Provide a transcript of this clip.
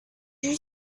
you